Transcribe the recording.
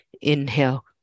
inhale